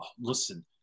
Listen